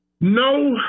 No